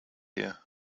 here